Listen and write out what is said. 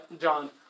john